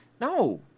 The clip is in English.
no